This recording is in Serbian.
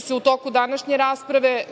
se u toku današnje rasprave